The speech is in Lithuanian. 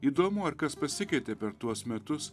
įdomu ar kas pasikeitė per tuos metus